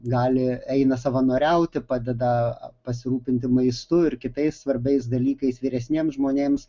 gali eina savanoriauti padeda pasirūpinti maistu ir kitais svarbiais dalykais vyresniems žmonėms